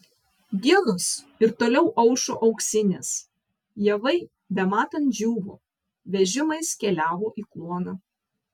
dienos ir toliau aušo auksinės javai bematant džiūvo vežimais keliavo į kluoną